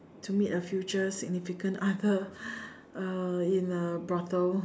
to meet a future significant other uh in a brothel